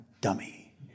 dummy